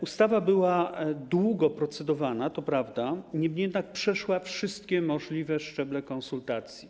Ustawa była długo procedowana, to prawda, niemniej jednak przeszła wszystkie możliwe szczeble konsultacji.